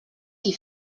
qui